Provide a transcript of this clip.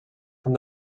from